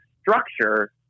structure